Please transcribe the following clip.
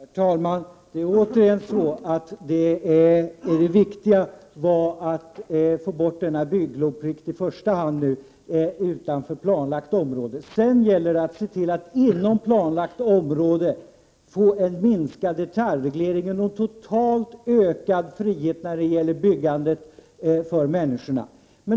Prot. 1989/90:45 Herr talman! Jag vill återigen säga att det viktiga var att få bort denna 13 december 1989 bygglovsplikt i första hand utanför planlagt område. Sedan gäller det attse. TIG till att inom planlagt område få en minskad detaljreglering och en totalt sett ökad frihet när det gäller byggandet för människorna.